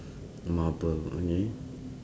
marble okay